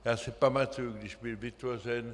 Já si pamatuji, když byl vytvořen.